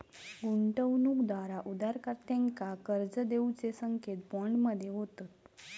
गुंतवणूकदार उधारकर्त्यांका कर्ज देऊचे संकेत बॉन्ड मध्ये होतत